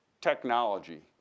technology